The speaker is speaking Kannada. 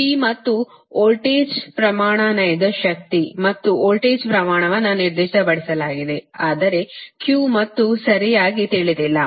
P ಮತ್ತು ವೋಲ್ಟೇಜ್ ಪ್ರಮಾಣ ನೈಜ ಶಕ್ತಿ ಮತ್ತು ವೋಲ್ಟೇಜ್ ಪ್ರಮಾಣವನ್ನು ನಿರ್ದಿಷ್ಟಪಡಿಸಲಾಗಿದೆ ಆದರೆ Q ಮತ್ತು ಸರಿಯಾಗಿ ತಿಳಿದಿಲ್ಲ